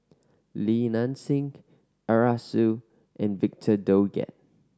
Li Nanxing Arasu and Victor Doggett